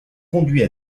conduit